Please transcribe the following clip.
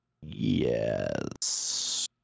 yes